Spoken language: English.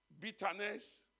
bitterness